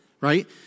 right